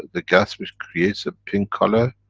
the gas which create the pink color.